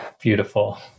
Beautiful